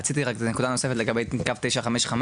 רציתי רק איזו נקודה נוספת לגבי קו 955,